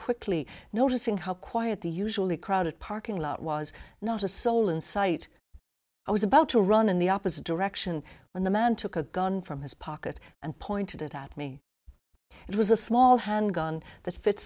quickly noticing how quiet the usually crowded parking lot was not a soul in sight i was about to run in the opposite direction when the man took a gun from his pocket and pointed it at me it was a small handgun that fits